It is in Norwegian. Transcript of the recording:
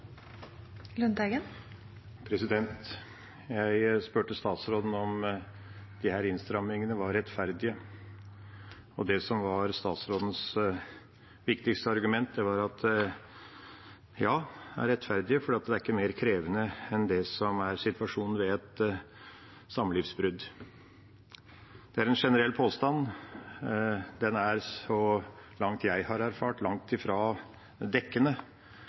: Jeg spurte statsråden om disse innstrammingene var rettferdige, og statsrådens viktigste argument var at de er rettferdige fordi det ikke er mer krevende enn det som er situasjonen ved et samlivsbrudd. Det er en generell påstand, og den er, så langt jeg har erfart, langt